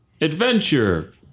adventure